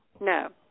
No